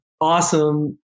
awesome